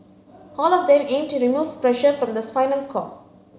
all of them aim to remove pressure from the spinal cord